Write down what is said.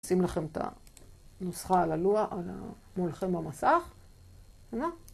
שים לכם את הנוסחה על הלוח... מולכם במסך